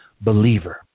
believer